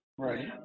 right